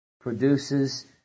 produces